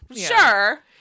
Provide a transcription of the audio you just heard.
sure